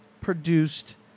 produced